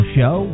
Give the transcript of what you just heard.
Show